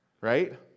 Right